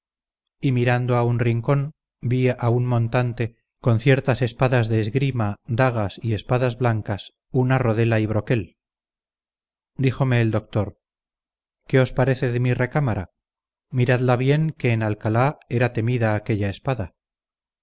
y mirando a un rincón vi a un montante con ciertas espadas de esgrima dagas y espadas blancas una rodela y broquel díjome el doctor qué os parece de mi recámara miradla bien que en alcalá era temida aquella espada